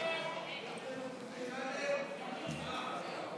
ביתנו וימינה להביע